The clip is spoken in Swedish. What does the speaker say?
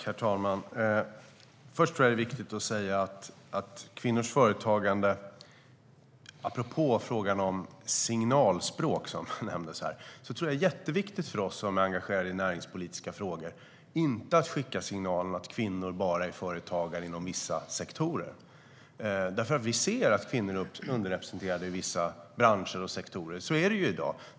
Herr talman! Apropå signalspråk är det jätteviktigt för oss som är engagerade i näringspolitiska frågor att inte skicka signalen att kvinnor bara är företagare inom vissa sektorer. Vi ser att kvinnor är underrepresenterade i vissa branscher och sektorer. Så är det ju i dag.